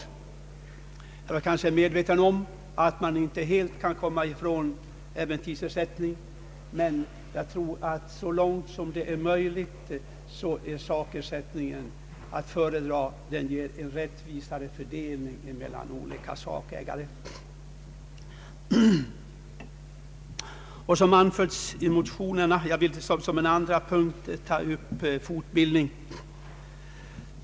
Jag är medveten om att man kanske inte helt kan komma ifrån tidsersättningen, men jag tror att så långt som det är möjligt är sakersättningen att föredra, eftersom den ger rättvisare fördelning mellan olika sakägare. Som en andra punkt vill jag ta upp frågan om fortbildningen.